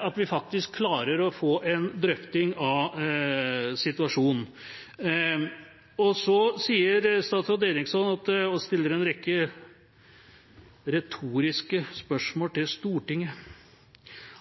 at vi faktisk klarer å få en drøfting av situasjonen. Så stiller statsråd Eriksson en rekke retoriske spørsmål til Stortinget, og sier